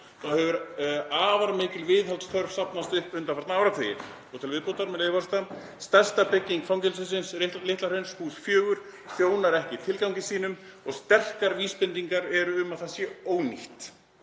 Þá hefur afar mikil viðhaldsþörf safnast upp undanfarna áratugi.“ Til viðbótar, með leyfi forseta: „Stærsta bygging Fangelsisins Litla-Hrauns (Hús 4) þjónar ekki tilgangi sínum og sterkar vísbendingar eru um að það sé ónýtt.“